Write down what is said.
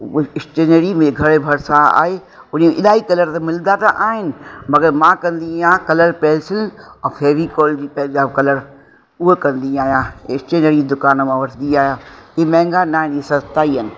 stationary में घर जे भरिसां आहे हुन इलाही कलर मिलंदा त आहिनि मगरि मां कंदी आहियां कलर पेंसिल और फेविकोल जा पंहिंजा कलर उहा कंदी आहियां स्टेनरी दुकान मां वठंदी आहियां ई महांगा न आहिनि ई सस्ता ई आहिनि